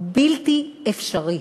בלתי אפשרי.